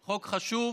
חוק חשוב,